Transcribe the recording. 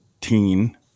teen